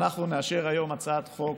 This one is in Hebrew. אנחנו נאשר היום הצעת חוק